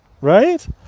Right